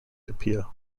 appeal